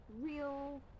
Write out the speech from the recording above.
real